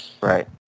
Right